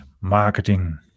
marketing